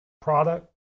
product